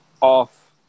off